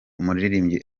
umuririmbyi